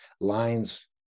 lines